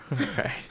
Okay